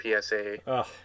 PSA